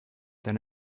than